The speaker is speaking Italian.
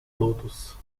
lotus